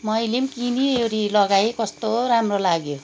मैले पनि किनिवरि लगाए कस्तो राम्रो लाग्यो